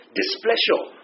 displeasure